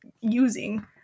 using